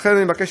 לכן אני מבקש,